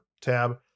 tab